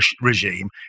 regime